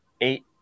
eight